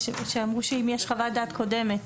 אמרו שאם יש חוות דעת קודמת.